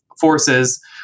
forces